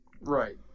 right